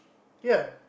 ya